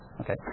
Okay